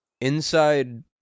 Inside